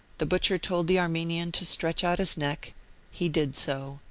the butcher told the armenian to stretch out his neck he did so,